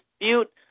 dispute